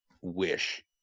wish